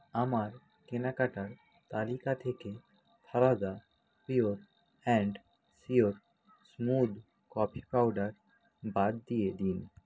আমার কেনাকাটার তালিকা থেকে ফালাদা pure and sure smooth coffee powder বাদ দিয়ে দিন